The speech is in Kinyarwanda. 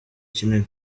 kinini